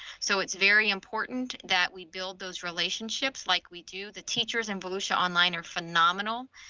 so it's very important that we build those relationships like we do the teachers and volusia online are phenomenal.